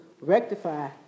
rectify